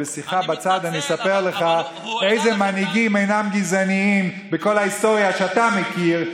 בשיחה בצד אספר לך איזה מנהיגים אינם גזעניים בכל ההיסטוריה שאתה מכיר,